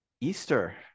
easter